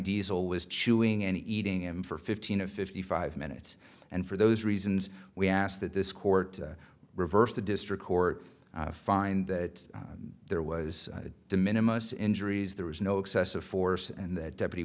diesel was chewing and eating him for fifteen of fifty five minutes and for those reasons we asked that this court reversed the district court find that there was de minimus injuries there was no excessive force and that deputy